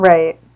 Right